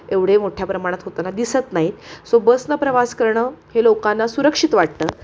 एवढे मोठ्या प्रमाणात होताना दिसत नाहीत सो बसनं प्रवास करणं हे लोकांना सुरक्षित वाटतं